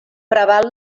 preval